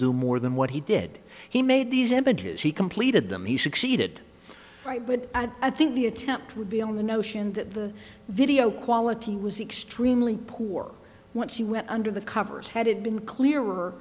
do more than what he did he made these images he completed them he succeeded right but i think the attempt would be on the notion that the video quality was extremely poor once he went under the covers had it been clear